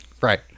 right